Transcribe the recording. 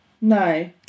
no